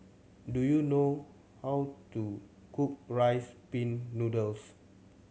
do you know how to cook Rice Pin Noodles